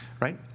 Right